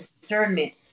discernment